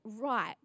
right